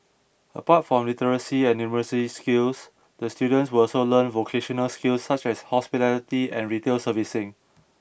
apart from literacy and numeracy skills the students will also learn vocational skills such as hospitality and retail servicing